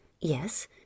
yes